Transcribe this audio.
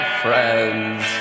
friends